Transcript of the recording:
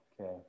Okay